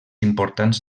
importants